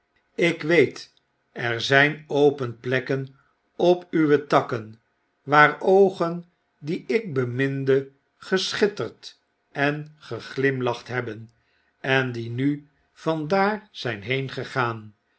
ik weet er zyn open plekken op uwe takken waar oogen die ikbeminde geschitterd en geglimlacht hebben j en die nu van daar zyn